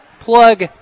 Plug